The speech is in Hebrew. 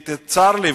צר לי,